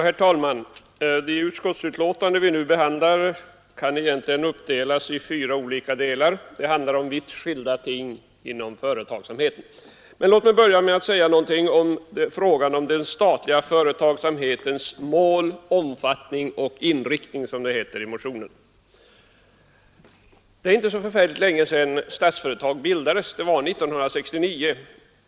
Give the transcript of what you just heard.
Herr talman! Det utskottsbetänkande som vi nu behandlar kan egentligen uppdelas i fyra olika delar — det handlar om vitt skilda ting inom den statliga företagsamheten. Men låt mig börja med att säga någonting om den statliga företagsamhetens ”mål, omfattning och inriktning”, som det heter i motionen 1470. Det är inte så länge sedan Statsföretag bildades — det var 1969.